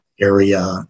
area